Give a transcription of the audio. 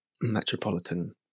metropolitan